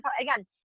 again